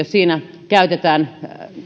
siinä käytetään